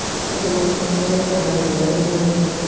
take a moment to close your eyes and go inward.